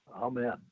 Amen